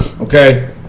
Okay